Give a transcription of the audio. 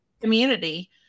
community